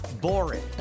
boring